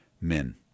men